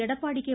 Edappadi K